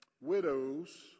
widows